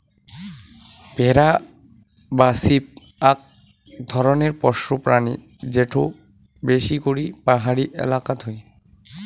ভেড়া বা শিপ আক ধরণের পোষ্য প্রাণী যেটো বিশেষ করি পাহাড়ি এলাকাত হই